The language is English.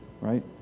Right